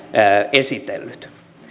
esitellyt